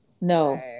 No